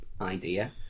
idea